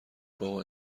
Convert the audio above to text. بابا